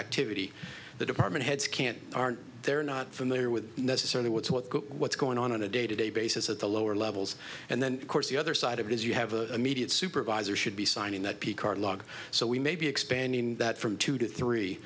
activity the department heads can't aren't they're not familiar with necessarily what's what's what's going on on a day to day basis at the lower levels and then of course the other side of it is you have a media supervisor should be signing that picart log so we may be expanding that from two to three